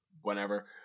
whenever